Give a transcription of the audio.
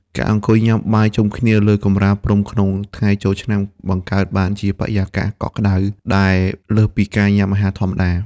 ការអង្គុយញ៉ាំបាយជុំគ្នាលើកម្រាលព្រំក្នុងថ្ងៃចូលឆ្នាំ បង្កើតបានជាបរិយាកាសកក់ក្ដៅដែលលើសពីការញ៉ាំអាហារធម្មតា។